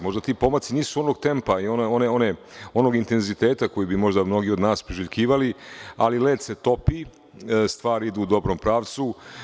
Možda ti pomaci nisu onog tempa i onog intenziteta koji bi možda mnogi od nas priželjkivali, ali led se topi, stvari idu u dobrom pravcu.